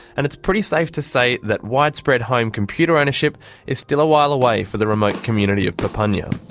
and it's pretty safe to say that widespread home computer ownership is still a while away for the remote community of papunya.